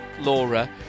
Laura